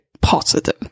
positive